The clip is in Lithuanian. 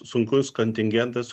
sunkus kontingentas